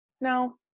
No